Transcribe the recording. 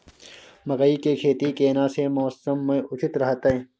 मकई के खेती केना सी मौसम मे उचित रहतय?